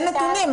אין נתונים,